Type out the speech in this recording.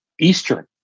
Eastern